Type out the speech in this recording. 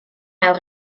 ail